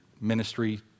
ministry